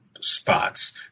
spots